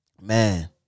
man